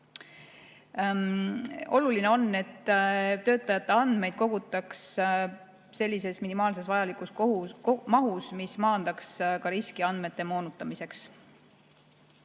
Oluline on, et töötajate andmeid kogutaks minimaalses vajalikus mahus, mis maandaks ka andmete moonutamise